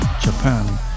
Japan